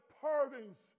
pardons